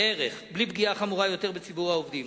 בלי פגיעה חמורה יותר בציבור העובדים.